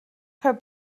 her